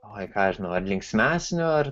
oi ką aš žinau ar linksmesnio ar